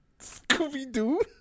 Scooby-Doo